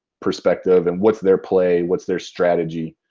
perspective and what's their play? what's their strategy?